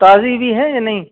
تازی بھی ہے یا نہیں